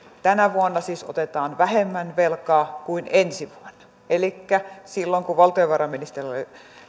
tänä vuonna siis otetaan vähemmän velkaa kuin ensi vuonna elikkä silloin kun valtiovarainministerinä oli